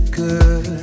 good